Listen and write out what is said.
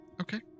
Okay